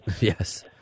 yes